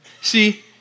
See